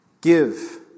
Give